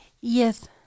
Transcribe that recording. yes